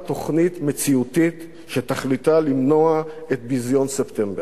תוכנית מציאותית שתכליתה למנוע את ביזיון ספטמבר.